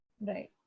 Right